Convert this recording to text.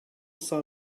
saw